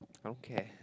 okay